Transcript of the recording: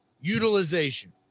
utilization